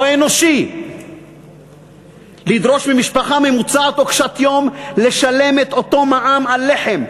לא אנושי לדרוש ממשפחה ממוצעת או קשת-יום לשלם את אותו מע"מ על לחם,